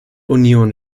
union